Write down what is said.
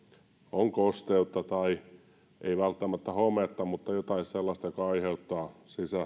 on kosteutta tai ei välttämättä hometta mutta jotain sellaista joka aiheuttaa